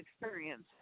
experience